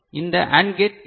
இந்த AND gate எப்படி